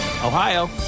Ohio